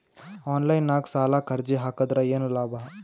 Online ನಾಗ್ ಸಾಲಕ್ ಅರ್ಜಿ ಹಾಕದ್ರ ಏನು ಲಾಭ?